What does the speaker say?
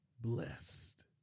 blessed